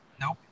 nope